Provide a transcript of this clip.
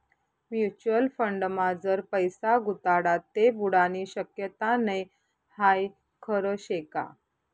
Mutual फंडमा जर पैसा गुताडात ते बुडानी शक्यता नै हाई खरं शेका?